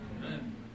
Amen